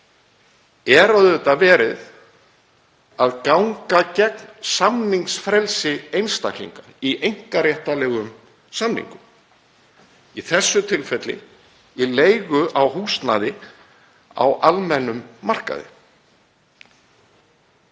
er auðvitað verið að ganga gegn samningsfrelsi einstaklinga í einkaréttarlegum samningum, í þessu tilfelli í leigu á húsnæði á almennum markaði.